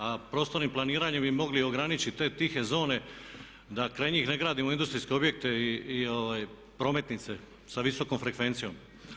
A prostornim planiranjem bi mogli ograničiti te tihe zone da kraj njih ne gradimo industrijske objekte i prometnice sa visokom frekvencijom.